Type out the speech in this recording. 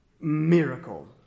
miracle